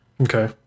okay